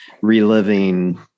reliving